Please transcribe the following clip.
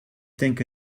denke